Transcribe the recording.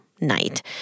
night